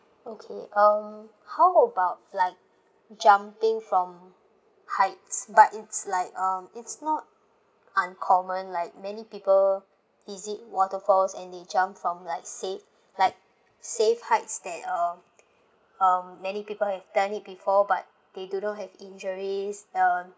okay um how about like jumping from heights but it's like um it's not uncommon like many people visit waterfalls and they jump from like safe like safe heights that um um many people have done it before but they do not have injuries uh